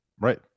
Right